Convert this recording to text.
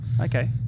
Okay